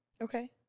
Okay